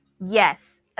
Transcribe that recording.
Yes